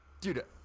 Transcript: Dude